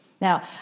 Now